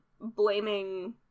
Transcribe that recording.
blaming